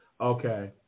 Okay